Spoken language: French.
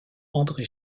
andré